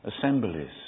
assemblies